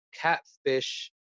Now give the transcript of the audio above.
catfish